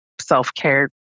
self-care